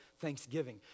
thanksgiving